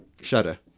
Shudder